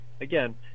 again